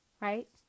right